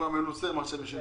אני שמח שזו תמונת המצב.